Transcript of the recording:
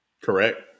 Correct